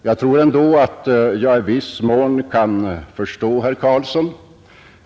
Jag tror ändå att jag i viss mån kan förstå herr Carlsson.